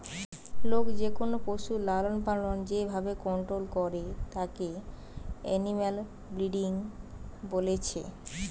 লোক যেকোনো পশুর লালনপালন যে ভাবে কন্টোল করে তাকে এনিম্যাল ব্রিডিং বলছে